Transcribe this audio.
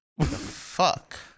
Fuck